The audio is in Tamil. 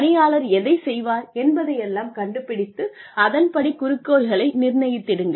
பணியாளர் எதைச் செய்வார் என்பதையெல்லாம் கண்டுபிடித்து அதன்படி குறிக்கோள்களை நிர்ணயித்திடுங்கள்